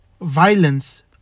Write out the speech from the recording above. violence